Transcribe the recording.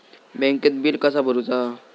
बँकेत बिल कसा भरुचा?